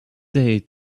day